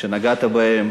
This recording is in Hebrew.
שנגעת בהן.